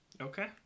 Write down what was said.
Okay